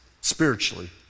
spiritually